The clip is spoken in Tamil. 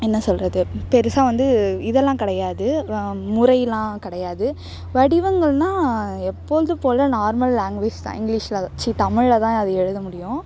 என்ன சொல்வது பெருசாக வந்து இதெல்லாம் கிடையாது முறையெலாம் கிடையாது வடிவங்கள்னால் எப்பொழுதும் போல் நார்மல் லாங்குவேஜ் தான் இங்கிலீஷில் ச்சி தமிழில் தான் அது எழுத முடியும்